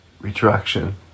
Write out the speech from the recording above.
Retraction